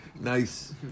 nice